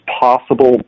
possible